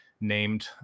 named